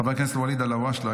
חבר הכנסת ואליד אלהואשלה,